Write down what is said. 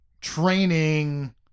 training